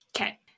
Okay